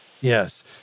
Yes